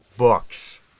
Books